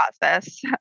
process